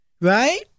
right